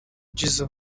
jizzo